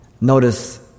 notice